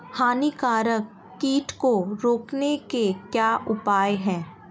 हानिकारक कीट को रोकने के क्या उपाय हैं?